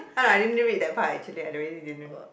oh no I didn't read that part actually I really didn't read